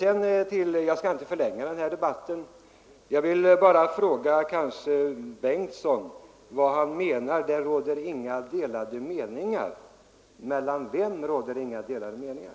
Jag skall inte förlänga debatten men vill fråga herr Bengtsson i Landskrona vad han menar med att det inte råder ”några delade meningar”. Mellan vilka råder det inte några delade meningar?